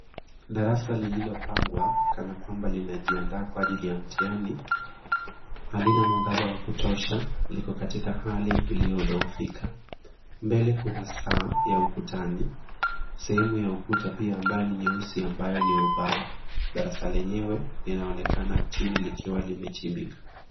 Darasa lililopangwa kana kwamba linajiandaa kwa ajili ya mtihani. Halina mwangaza wa kutosha iko katika hali iliyodhoofika. Mbele kuna taa ya ukutani. Sehemu ya ukuta pia ambayo ni nyeusi ambayo ni ubao. Darasa lenyewe linaonekana chini likiwa limechimbika.